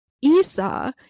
Esau